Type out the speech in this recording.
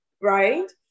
right